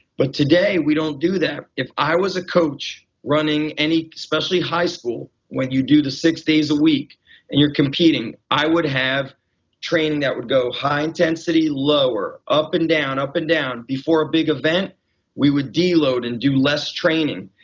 but today we don't do that. if i was a coach running any especially high school what you do the six days a week and you're competing i would have train that would go high intensity, lower, up and down, up and down. before a big event we would de load and do less training.